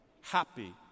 happy